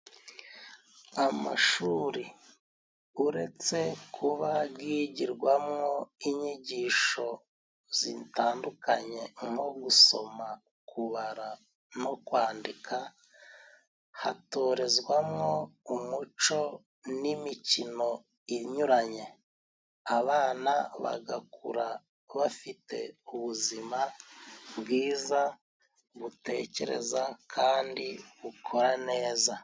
Amashuri uretse kuba gigirwamwo inyigisho zitandukanye nko gusoma, kubara no kwandika hatorezwamo umuco n'imikino inyuranye abana bagakura bafite ubuzima bwiza butekereza kandi bukora neza.